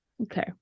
okay